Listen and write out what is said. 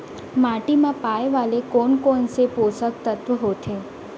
माटी मा पाए वाले कोन कोन से पोसक तत्व होथे?